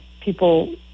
people